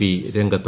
P രംഗത്ത്